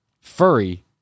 furry